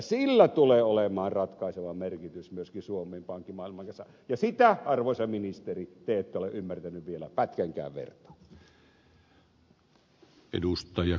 sillä tulee olemaan ratkaiseva merkitys myöskin suomen pankkimaailmassa ja sitä arvoisa ministeri te ette ole ymmärtänyt vielä pätkänkään vertaa